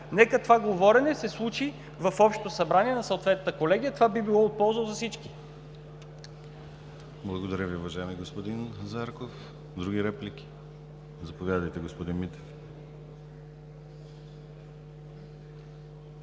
Нека това говорене се случи в общо събрание на съответната колегия! Това би било от полза за всички. ПРЕДСЕДАТЕЛ ДИМИТЪР ГЛАВЧЕВ: Благодаря Ви, уважаеми господин Зарков. Други реплики? Заповядайте, господин Митев.